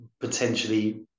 potentially